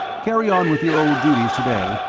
carry on with your old duties to-day,